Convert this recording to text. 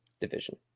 division